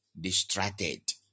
distracted